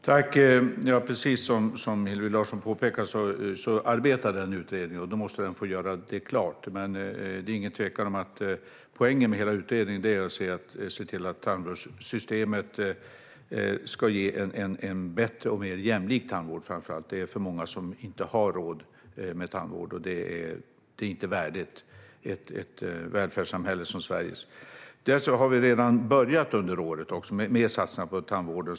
Herr talman! Precis som Hillevi Larsson påpekar arbetar den utredningen nu, och den måste få bli klar. Men det är inget tvivel om att poängen med hela utredningen är att se till att tandvårdssystemet ger en bättre och framför allt mer jämlik tandvård. Det är alltför många som inte har råd med tandvård, och det är inte värdigt ett välfärdssamhälle som Sverige. Dessutom har vi redan under det här året börjat med satsningar på tandvården.